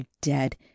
dead